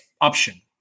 option